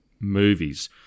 movies